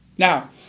Now